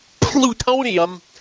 plutonium